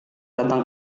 datang